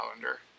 calendar